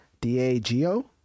d-a-g-o